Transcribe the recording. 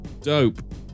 Dope